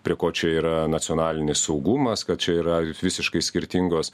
prie ko čia yra nacionalinis saugumas kad čia yra jūs visiškai skirtingos